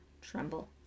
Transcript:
tremble